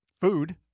food